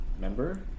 Member